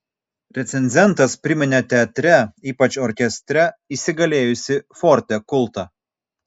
recenzentas priminė teatre ypač orkestre įsigalėjusį forte kultą